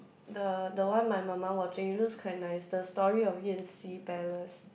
the the one my mama watching looks quite nice the story of Yan-Xi Palace